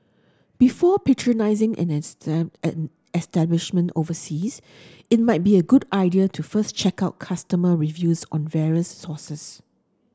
before patronising an establishment overseas it might be a good idea to first check out customer reviews on various sources